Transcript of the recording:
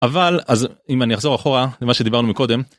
אבל אז אם אני אחזור אחורה למה שדיברנו מקודם.